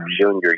junior